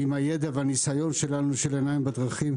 ועם הידע והניסיון שלנו של "עיניים בדרכים".